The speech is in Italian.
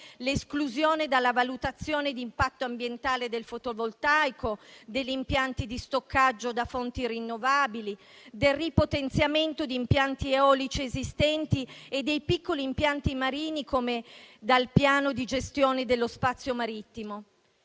l'esclusione dalla valutazione di impatto ambientale del fotovoltaico, degli impianti di stoccaggio da fonti rinnovabili, del ripotenziamento di impianti eolici esistenti e dei piccoli impianti marini dal piano di gestione dello spazio marittimo.